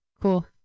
cool